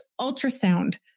ultrasound